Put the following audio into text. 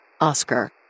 Oscar